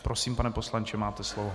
Prosím, pane poslanče, máte slovo.